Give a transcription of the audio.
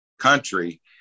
country